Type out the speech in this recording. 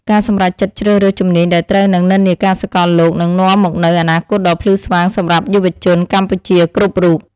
ការសម្រេចចិត្តជ្រើសរើសជំនាញដែលត្រូវនឹងនិន្នាការសកលលោកនឹងនាំមកនូវអនាគតដ៏ភ្លឺស្វាងសម្រាប់យុវជនកម្ពុជាគ្រប់រូប។